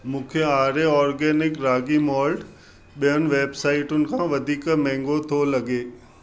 मूंखे Arya organic ragi malt ॿियनि वेबसाइटुनि खां वधीक महांगो थो लॻे